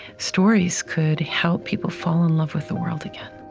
stories could help people fall in love with the world again